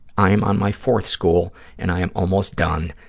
i am on my fourth school and i am almost done,